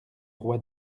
roi